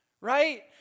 Right